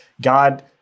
God